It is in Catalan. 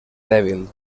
dèbil